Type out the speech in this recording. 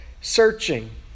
searching